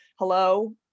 hello